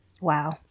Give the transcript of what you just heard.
Wow